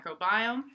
microbiome